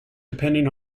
depending